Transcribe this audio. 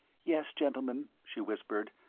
yes, gentlemen, she whispered,